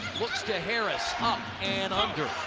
looks to harris, up and under.